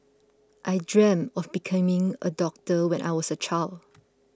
I dreamt of becoming a doctor when I was a child